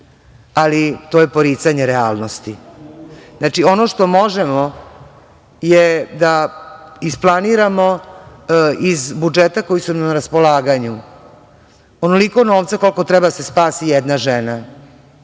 ali to je poricanje realnosti. Znači, ono što možemo je da isplaniramo iz budžeta koji su na raspolaganju onoliko novca koliko treba da se spasi jedna